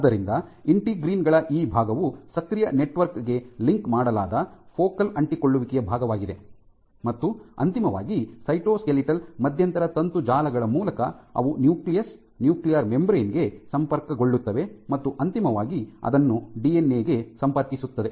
ಆದ್ದರಿಂದ ಇಂಟಿಗ್ರೀನ್ ಗಳ ಈ ಭಾಗವು ಸಕ್ರಿಯ ನೆಟ್ವರ್ಕ್ ಗೆ ಲಿಂಕ್ ಮಾಡಲಾದ ಫೋಕಲ್ ಅಂಟಿಕೊಳ್ಳುವಿಕೆಯ ಭಾಗವಾಗಿದೆ ಮತ್ತು ಅಂತಿಮವಾಗಿ ಸೈಟೋಸ್ಕೆಲಿಟಲ್ ಮಧ್ಯಂತರ ತಂತು ಜಾಲಗಳ ಮೂಲಕ ಅವು ನ್ಯೂಕ್ಲಿಯಸ್ ನ್ಯೂಕ್ಲಿಯರ್ ಮೆಂಬರೇನ್ ಗೆ ಸಂಪರ್ಕಗೊಳ್ಳುತ್ತವೆ ಮತ್ತು ಅಂತಿಮವಾಗಿ ಅದನ್ನು ಡಿಎನ್ಎ ಗೆ ಸಂಪರ್ಕಿಸುತ್ತದೆ